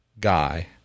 guy